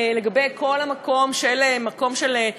לגבי כל המקום של הנשים,